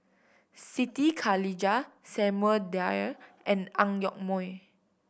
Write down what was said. Siti Khalijah Samuel Dyer and Ang Yoke Mooi